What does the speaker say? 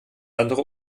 andere